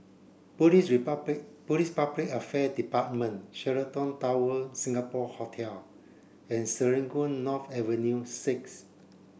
Police Police Public Affair Department Sheraton Tower Singapore Hotel and Serangoon North Avenue six